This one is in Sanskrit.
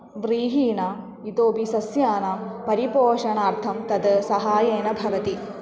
व्रीहीणा इतोऽपि सस्यानां परिपोषणार्थं तद् सहायेन भवति